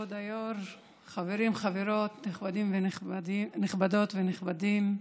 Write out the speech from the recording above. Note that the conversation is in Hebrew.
כבוד היו"ר, חברים, חברות, נכבדות ונכבדים,